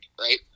right